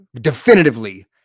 definitively